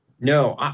No